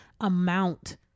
amount